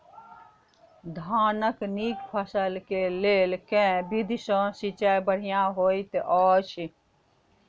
धानक नीक फसल केँ लेल केँ विधि सँ सिंचाई बढ़िया होइत अछि?